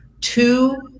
two